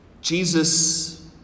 Jesus